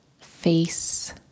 face